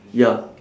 ya